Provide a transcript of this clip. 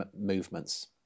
movements